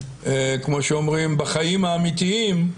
כמו שאומרים בחיים האמיתיים,